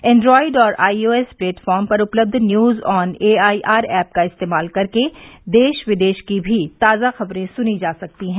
Android और I O S platform पर उपलब्ध news on A I R app का इस्तेमाल कर के देश विदेश की भी ताजा खबरें सुनी जा सकती हैं